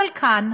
אבל כאן,